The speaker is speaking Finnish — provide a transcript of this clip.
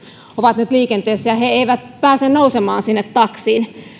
ovat nyt hissittömät taksit ja he he eivät pääse nousemaan sinne taksiin